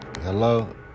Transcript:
Hello